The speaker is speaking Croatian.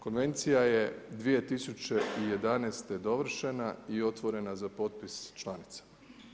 Konvencija je 2011. dovršena i otvorena za potpis članicama.